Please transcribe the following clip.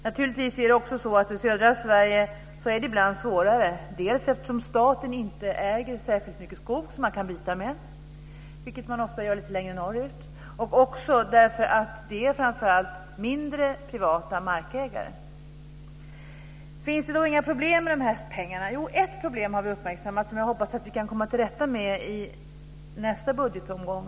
Naturligtvis är det också ibland svårare i södra Sverige, dels eftersom staten inte äger särskilt mycket skog som man kan byta med, vilket man ofta gör lite längre norrut, dels därför att där framför allt finns mindre privata markägare. Finns det då inga problem med de här pengarna? Jo, vi har uppmärksammat ett problem som jag hoppas att vi kan komma till rätta med i nästa budgetomgång.